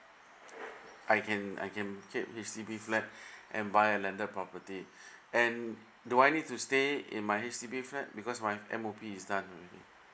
I can I can keep H_D_B flat and buy a landed property and do I need to stay in my H_D_B flat because my M_O_P is done already